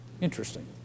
Interesting